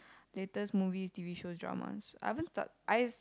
latest movies T_V shows dramas I haven't start I s~